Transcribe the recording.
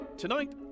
Tonight